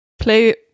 play